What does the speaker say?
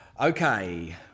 Okay